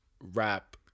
Rap